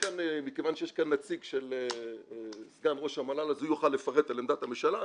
מכיוון שיש כאן נציג של סגן ראש המל"ל הוא יוכל לפרט על עמדת הממשלה.